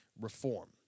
reform